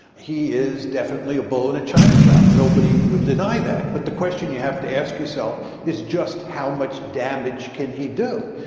he is definitely a bull in a china shop. nobody will deny that. but the question you have to ask yourself is just how much damage can he do?